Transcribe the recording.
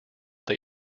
they